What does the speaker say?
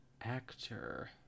Actor